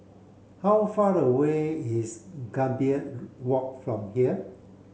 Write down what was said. how far away is Gambir Walk from here